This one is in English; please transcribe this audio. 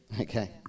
Okay